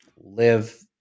live